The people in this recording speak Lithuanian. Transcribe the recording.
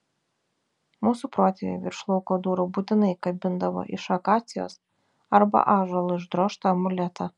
mūsų protėviai virš lauko durų būtinai kabindavo iš akacijos arba ąžuolo išdrožtą amuletą